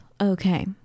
okay